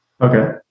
okay